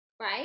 right